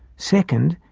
second,